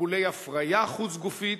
טיפולי הפריה חוץ-גופית,